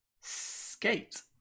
Skate